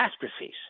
catastrophes